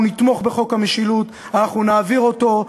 אנחנו נתמוך בחוק המשילות, אנחנו נעביר אותו.